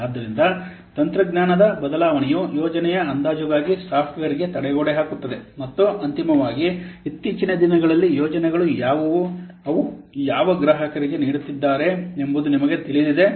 ಆದ್ದರಿಂದ ತಂತ್ರಜ್ಞಾನದ ಬದಲಾವಣೆಯು ಯೋಜನೆಯ ಅಂದಾಜುಗಾಗಿ ಸಾಫ್ಟ್ವೇರ್ಗೆ ತಡೆಗೋಡೆ ಹಾಕುತ್ತದೆ ಮತ್ತು ಅಂತಿಮವಾಗಿ ಇತ್ತೀಚಿನ ದಿನಗಳಲ್ಲಿ ಯೋಜನೆಗಳು ಯಾವುವು ಅವರು ಯಾವ ಗ್ರಾಹಕರಿಗೆ ನೀಡುತ್ತಿದ್ದಾರೆ ಎಂಬುದು ನಿಮಗೆ ತಿಳಿದಿದೆ